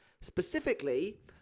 specifically